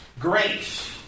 grace